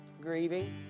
grieving